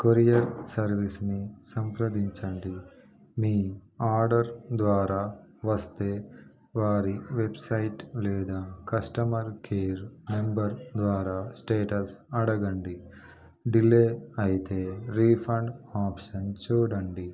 courier సర్వీస్ని సంప్రదించండి మీ ఆర్డర్ ద్వారా వస్తే వారి వెబ్సైట్ లేదా కస్టమర్ కేర్ నెంబర్ ద్వారా స్టేటస్ అడగండి డిలే అయితే రీఫండ్ ఆప్షన్ చూడండి